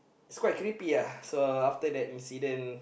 it's quite sleepy lah so after that incident